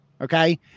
Okay